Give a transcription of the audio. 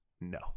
No